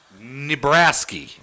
Nebraska